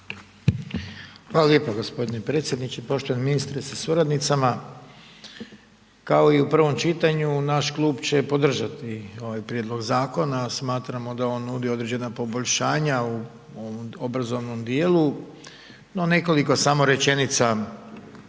Hvala lijepo gospodine predsjedniče. Poštovani ministre sa suradnicama. Kao i u prvom čitanju naš klub će podržati ovaj prijedlog zakona. Smatramo da on nudi određena poboljšanja u obrazovnom dijelu, no nekoliko samo rečenica